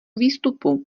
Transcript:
výstupu